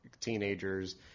Teenagers